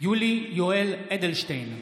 יולי יואל אדלשטיין,